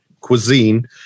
cuisine